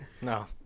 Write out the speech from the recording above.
No